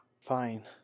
Fine